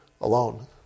alone